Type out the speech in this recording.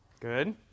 Good